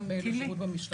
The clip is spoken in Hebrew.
לשירות במשטרה.